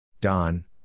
Don